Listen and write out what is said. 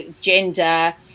gender